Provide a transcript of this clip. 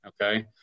okay